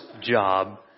job